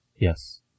Yes